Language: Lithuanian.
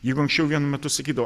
jeigu anksčiau vienu metu sakydavo